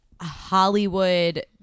Hollywood